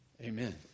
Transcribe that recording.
Amen